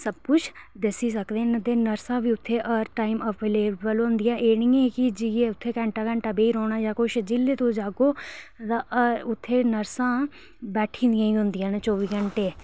सब कुछ दस्सी सकदे न ते नर्सां बी उत्थै हर टाइम अवेलेबल होंदियां एह् नी ऐ कि जाइयै उत्थै घैंटा घैंटा बेही रौह्ना जां कुछ जिल्लै तुस जाह्गो तां उत्थै नर्सां बैठी दियां ही होंदियां न चौह्बी घैंटे